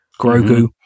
Grogu